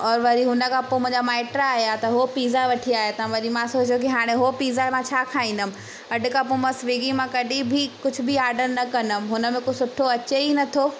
औरि वरी हुनखां पोइ मुंहिंजा माइट आहियां त उहे पिज़ा वठी आहियां त वरी मां सोचो की हाणे उहो पीज़ा मां छा खाईंदमि अॼ खां पोइ मां स्विगी मां कॾहिं बि कुझ बि आर्डर न कंदमि हुन में को सुठो अचे ई न थो